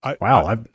Wow